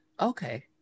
okay